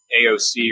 AOC